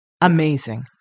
Amazing